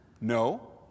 No